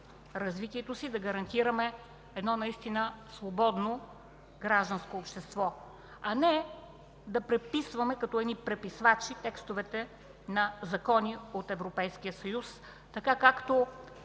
развитието си, да гарантираме свободно гражданско общество, а не да преписваме като преписвачи текстовете на закони от Европейския съюз, както